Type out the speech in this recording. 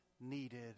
needed